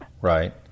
Right